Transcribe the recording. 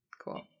Cool